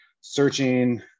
searching